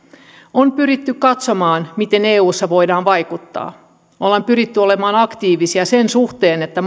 on pyritty katsomaan miten eussa voidaan vaikuttaa me olemme pyrkineet olemaan aktiivisia sen suhteen että